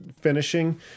finishing